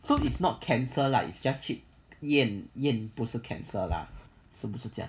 so it's not cancer like it's just 验验不是 cancer 了是不是这样